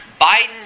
Biden